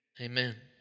amen